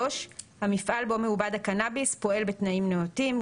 המפעל בו מעובד הקנאביס פועל בתנאים נאותים.